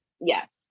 Yes